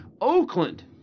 Oakland